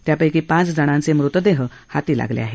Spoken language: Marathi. त्यापैकी पाच जणांचे मृतदेह हाती लागले आहेत